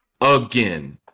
again